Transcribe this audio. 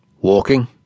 Walking